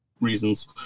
reasons